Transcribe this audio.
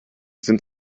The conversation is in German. sind